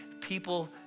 people